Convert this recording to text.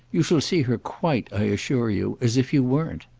you shall see her quite, i assure you, as if you weren't.